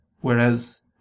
whereas